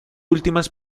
últimas